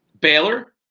Baylor